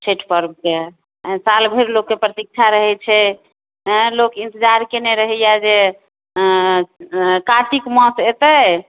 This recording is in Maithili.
छठि पर्वके साल भरि लोककेँ प्रतीक्षा रहैत छै आँय लोक इंतजार कयने रहैया जे कार्तिक मास अयतै